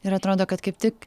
ir atrodo kad kaip tik